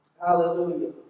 Hallelujah